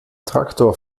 traktor